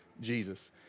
Jesus